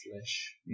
flesh